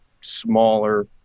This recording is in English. smaller